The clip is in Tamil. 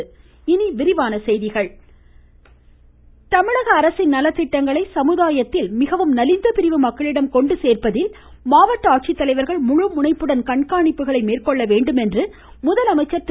முதலமைச்சர் தமிழக அரசின் நலத்திட்டங்களை சமுதாயத்தில் மிகவும் நலிந்த பிரிவு மக்களிடம் கொண்டு சேர்ப்பதில் மாவட்ட ஆட்சித்தலைவர்கள் முழு முனைப்புடன் கண்காணிக்க வேண்டும் என்று முதலமைச்சர் திரு